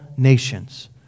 nations